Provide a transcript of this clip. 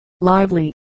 lively